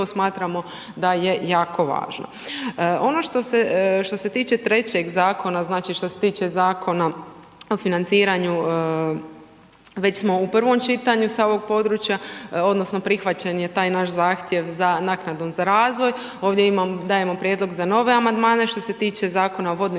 smatramo da je jako važno. Ono što se tiče 3. zakona, znači što se tiče Zakona o financiranju, već smo u prvom čitanju sa ovog područja, odnosno prihvaćen je taj naš zahtjev za naknadom za razvoj. Ovdje imam, dajemo prijedlog za nove amandmane što se tiče Zakona o vodnim